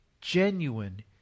genuine